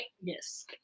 Yes